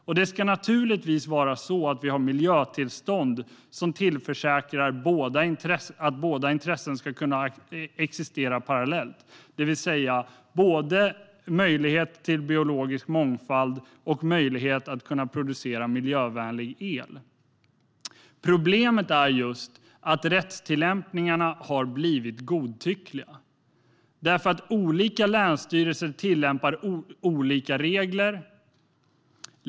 Vi ska naturligtvis ha miljötillstånd som tillförsäkrar att båda intressena ska kunna existera parallellt, det vill säga både möjlighet till biologisk mångfald och möjlighet till produktion av miljövänlig el. Problemet är att rättstillämpningarna har blivit godtyckliga. Olika länsstyrelser tillämpar olika regler.